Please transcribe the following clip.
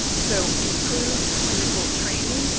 and so improved clinical training,